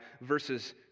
verses